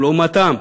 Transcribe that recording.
ולעומתם,